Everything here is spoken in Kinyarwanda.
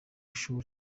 ishuri